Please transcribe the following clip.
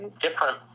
different